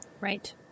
Right